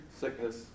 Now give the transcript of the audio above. sickness